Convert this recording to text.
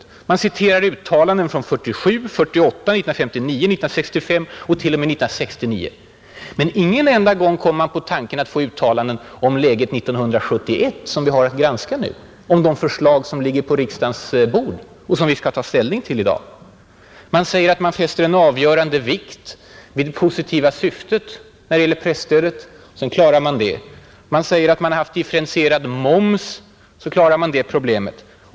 Jo, man citerar uttalanden från 1947, 1948, 1959, 1965 och till och med från 1969. Men ingen enda gång kommer man på tanken att få fram några uttalanden om läget 1971 som vi har att granska nu, uttalanden om de förslag som ligger på riksdagens bord och som vi i dag skall ta ställning till. Man säger att när det gäller presstödet man fäster en ”avgörande vikt vid dess positiva syfte” — så klarar man det. Man säger att man haft differentierad moms — och så klarar man problemet med annonsskatten.